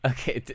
Okay